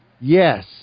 Yes